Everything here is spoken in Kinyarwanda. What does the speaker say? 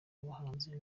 bahanzi